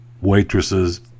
waitresses